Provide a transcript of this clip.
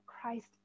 Christ